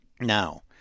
Now